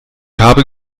habe